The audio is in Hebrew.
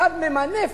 אחד ממנף,